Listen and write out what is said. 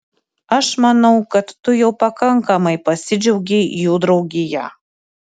aš manau kad tu jau pakankamai pasidžiaugei jų draugija